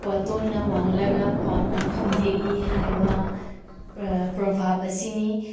ꯋꯥꯇꯣꯟꯅ ꯋꯥꯡꯂꯒ ꯀ꯭ꯋꯥꯛꯅ ꯐꯝꯗꯦꯛꯏ ꯍꯥꯏꯕ ꯄ꯭ꯔꯣꯕꯥꯞ ꯑꯁꯤꯅꯤ